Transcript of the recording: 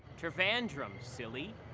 trivandrum, silly.